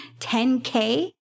10K